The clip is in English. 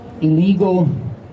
illegal